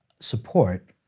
support